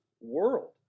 world